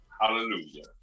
Hallelujah